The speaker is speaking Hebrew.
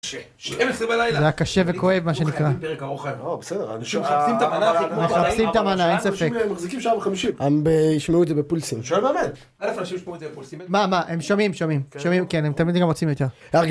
שתיים עשרה בלילה... זה היה קשה וכואב מה שנקרא... חייבים פרק ארוך היום... לא, בסדר... אנשים מחפשים את המנה אחי, אין ספק...מחזיקים שעה וחמישים...הם ישמעו את זה בפולסים... מה, מה, הם שומעים שומעים, שומעים כן הם תמיד גם רוצים יותר.